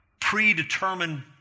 Predetermined